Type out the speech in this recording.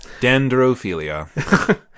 Dendrophilia